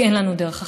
כי אין לנו דרך אחרת.